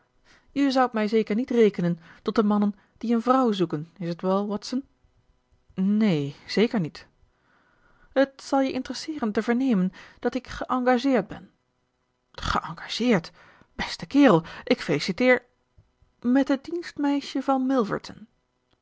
je zoudt mij zeker niet rekenen tot de mannen die een vrouw zoeken is t wel watson neen zeker niet het zal je interesseeren te vernemen dat ik geëngageerd ben geëngageerd beste kerel ik feliciteer met het dienstmeisje van